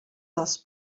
dels